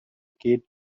kid